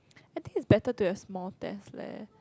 I think it's better to have small test leh